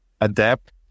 adapt